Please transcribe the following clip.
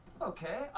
Okay